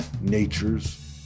natures